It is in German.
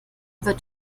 wird